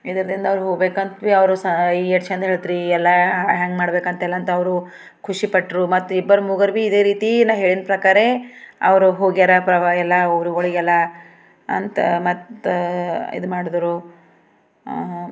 ಇದರಿಂದ ಅವರು ಹೋಗ್ಬೇಕಂತ ಬಿ ಅವರು ಸ ರಿಯಾಕ್ಷನ್ ಇರುತ್ರಿ ಎಲ್ಲ ಹೆಂಗೆ ಮಾಡ್ಬೇಕಂತೆಲ್ಲಂತ ಅವರು ಖುಷಿಪಟ್ರು ಮತ್ತಿಬ್ಬರು ಮೂವರು ಬಿ ಇದೇ ರೀತಿ ನಾ ಹೇಳಿದ ಪ್ರಕಾರ ಅವರು ಹೋಗ್ಯಾರ ಪ್ರವಾ ಎಲ್ಲ ಊರುಗಳಿಗೆಲ್ಲ ಅಂತ ಮತ್ತೆ ಇದನ್ನು ಮಾಡಿದ್ರು